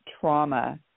trauma